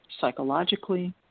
psychologically